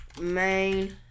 Main